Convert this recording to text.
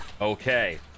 Okay